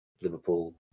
Liverpool